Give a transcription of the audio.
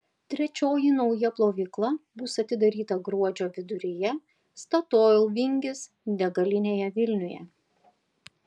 trečioji nauja plovykla bus atidaryta gruodžio viduryje statoil vingis degalinėje vilniuje